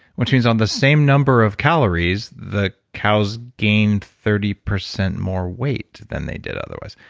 which means on the same number of calories, the cows gained thirty percent more weight than they did otherwise.